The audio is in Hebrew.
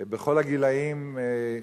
כל הגילאים,